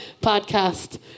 podcast